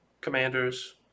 Commanders